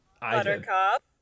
Buttercup